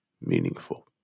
meaningful